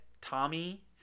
Tommy